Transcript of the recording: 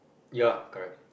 ya correct